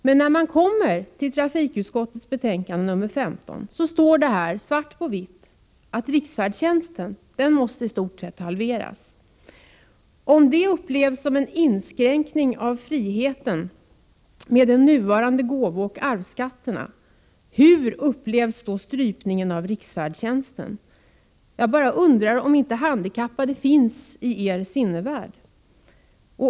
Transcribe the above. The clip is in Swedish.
Men i den moderata reservationen i trafikutskottets betänkande 15 står svart på vitt att riksfärdtjänsten istort sett måste halveras. Om de nuvarande gåvooch arvsskatterna upplevs som en inskränkning av friheten, hur upplevs då strypningen av riksfärdtjänsten? Jag undrar om de handikappade inte finns i er sinnevärld.